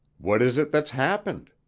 what is it that's happened?